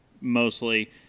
mostly